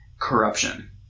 corruption